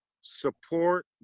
Support